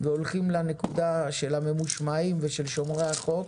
והולכים לנקודה של הממושמעים ושל שומרי החוק